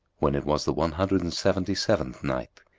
when it was the one hundred and seventy-seventh night,